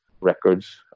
records